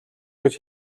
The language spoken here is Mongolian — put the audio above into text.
гэж